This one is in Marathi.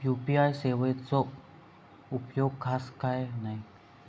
यू.पी.आय सेवेचा उपयोग खाय खाय होता?